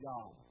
God